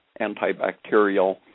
antibacterial